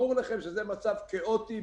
ברר לכם שזה מעשה כאוטי,